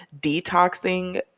detoxing